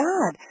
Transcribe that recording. God